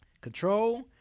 Control